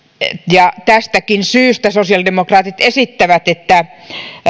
ja tästäkin syystä sosiaalidemokraatit esittävät että